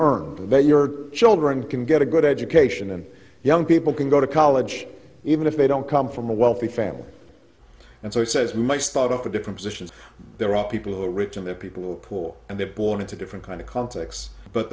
and that your children can get a good education and young people can go to college even if they don't come from a wealthy family and so he says we might start up a different positions there are people who are rich and they're people poor and they're born into different kind of contexts but